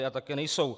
A také nejsou.